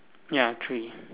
ya three